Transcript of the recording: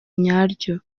nyaryo